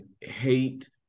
hate